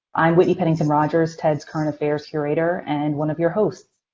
i'm whitney pennington rodgers, ted's current affairs curator and one of your hosts.